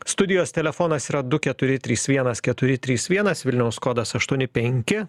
studijos telefonas yra du keturi trys vienas keturi trys vienas vilniaus kodas aštuoni penki